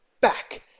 back